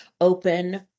open